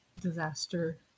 disaster